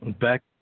back